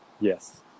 Yes